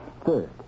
Third